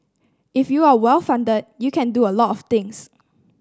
if you are well funded you can do a lot of things